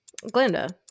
Glenda